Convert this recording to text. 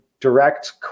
direct